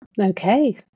Okay